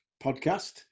podcast